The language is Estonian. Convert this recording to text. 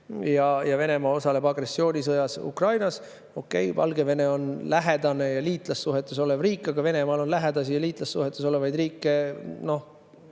ja Venemaa osaleb agressioonisõjas Ukrainas. Okei, Valgevene on lähedane ja liitlassuhetes olev riik, aga Venemaal on lähedasi ja liitlassuhetes olevaid riike